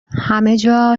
همهجا